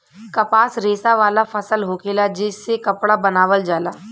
कपास रेशा वाला फसल होखेला जे से कपड़ा बनावल जाला